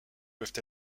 peuvent